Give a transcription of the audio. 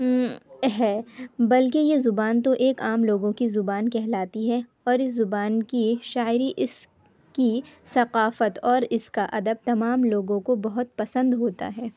ہے بلکہ یہ زبان تو ایک عام لوگوں کی زبان کہلاتی ہے اور اس زبان کی شاعری اس کی ثقافت اور اس کا ادب تمام لوگوں کو بہت پسند ہوتا ہے